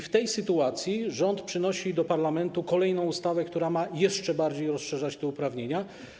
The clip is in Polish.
W tej sytuacji rząd przynosi do parlamentu kolejną ustawę, która ma jeszcze bardziej rozszerzać te uprawnienia.